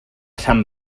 sant